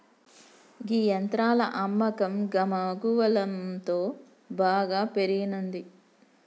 గీ యంత్రాల అమ్మకం గమగువలంతో బాగా పెరిగినంది